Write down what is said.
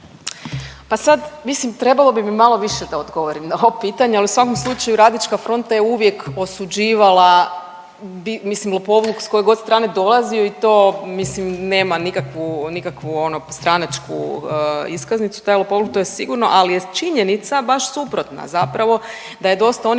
Pa sad mislim trebalo bi mi malo više da odgovorim na ovo pitanje, ali u svakom slučaju Radnička fronta je uvijek osuđivala di… mislim lopovluk s koje god strane dolazio i to mislim nema nikakvu, nikakvu ono stranačku iskaznicu taj lopovluk to je sigurno, al je činjenica baš suprotna zapravo da je dosta onih